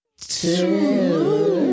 Two